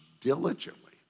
diligently